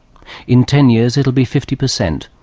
in ten years it will be fifty percent,